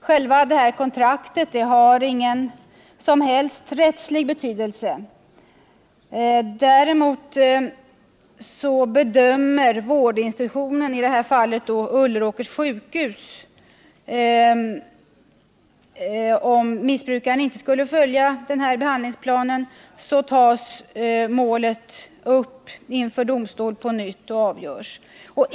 Själva kontraktet har dock ingen som helst rättslig betydelse. Bedömer däremot vårdinstitutionen, dvs. Ulleråkers sjukhus, att missbrukaren inte fullföljer behandlingsplanen, tas målet upp inför domstol på nytt och avgörs.